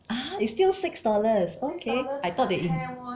!huh! it's still six dollars okay I thought they in